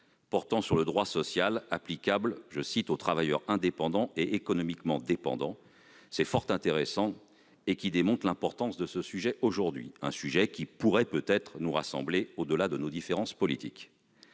portant sur le droit social applicable aux « travailleurs indépendants et économiquement dépendants »; ce rapport fort intéressant démontre l'importance et l'actualité de ce sujet qui pourrait, peut-être, nous rassembler au-delà de nos différences politiques.